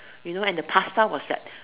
you know and the pasta was like